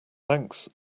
thanks